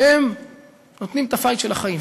והם נותנים את ה"פייט" של החיים.